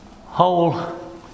whole